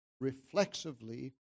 reflexively